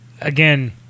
again